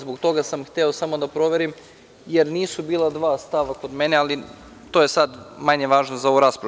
Zbog toga sam hteo samo da proverim, jer nisu bila dva stava kod mene, ali to je sada manje važno za ovu raspravu.